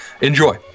Enjoy